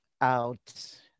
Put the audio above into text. out